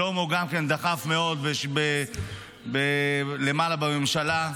שלמה גם דחף מאוד למעלה בממשלה,